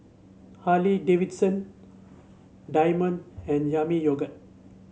Harley Davidson Diamond and Yami Yogurt